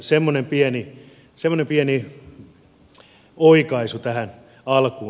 semmoinen pieni oikaisu tähän alkuun